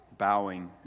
bowing